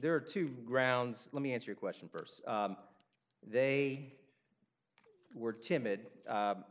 there are two grounds let me answer your question first they were timid